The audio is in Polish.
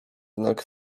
znak